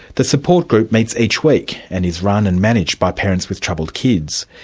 the support group meets each week and is run and managed by parents with troubled kids.